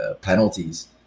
penalties